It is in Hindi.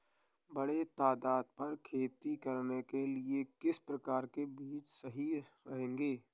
बड़े तादाद पर खेती करने के लिए किस प्रकार के बीज सही रहेंगे?